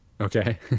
Okay